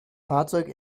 fahrzeug